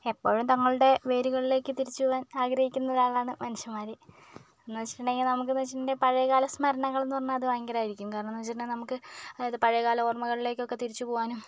എപ്പോഴും തങ്ങളുടെ വേരുകളിലേക്ക് തിരിച്ചുപോകാൻ ആഗ്രഹിക്കുന്ന ഒരാളാണ് മനുഷ്യന്മാര് എന്ന് വെച്ചിട്ടുണ്ടെങ്കിൽ നമുക്കെന്ന് വെച്ചിട്ടുണ്ടെങ്കിൽ പഴയകാല സ്മരണകളെന്ന് പറഞ്ഞാൽ അത് ഭയങ്കരമായിരിക്കും കാരണമെന്ന് വെച്ചിട്ടുണ്ടേൽ നമുക്ക് അതായത് പഴയകാല ഓർമകളിലേക്കൊക്കെ തിരിച്ച് പോവാനും